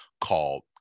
called